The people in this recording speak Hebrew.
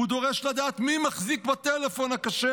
הוא דורש לדעת מי מחזיק בטלפון הכשר.